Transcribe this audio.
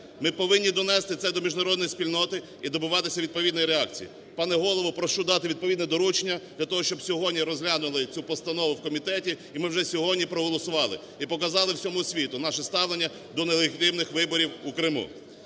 Ми повинні донести це до міжнародної спільноти і добиватися відповідної реакції. Пане Голово, прошу дати відповідне доручення для того, щоб сьогодні розглянули цю постанову в комітеті і ми вже сьогодні проголосували, і показали всьому світу наше ставлення до нелегітимних виборів у Криму.